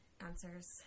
answers